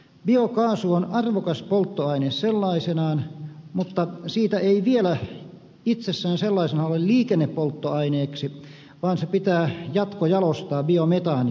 biokaasu on arvokas polttoaine sellaisenaan mutta siitä ei vielä itsessään sellaisena ole liikennepolttoaineeksi vaan se pitää jatkojalostaa biometaaniksi